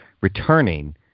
returning